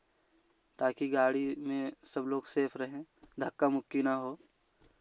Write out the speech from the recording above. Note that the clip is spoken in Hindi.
ताकि गाड़ी में सब लोग सेफ रहे धक्का मुक्की न हो